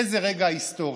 איזה רגע היסטורי.